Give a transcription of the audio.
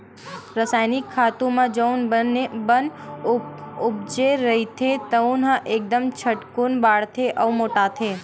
रसायनिक खातू म जउन बन उपजे रहिथे तउन ह एकदम झटकून बाड़थे अउ मोटाथे